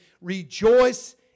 Rejoice